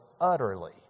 utterly